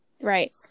Right